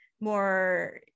more